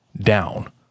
down